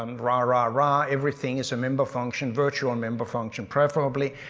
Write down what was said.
um rah rah rah, everything is a member function, virtual and member function, preferably,